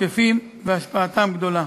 תקפים והשפעתם גדולה.